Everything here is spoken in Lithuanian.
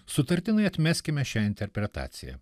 sutartinai atmeskime šią interpretaciją